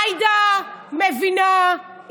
עאידה מבינה,